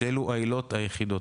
שאלו העילות היחידות.